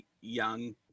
young